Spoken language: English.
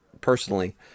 personally